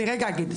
אני רגע אגיד.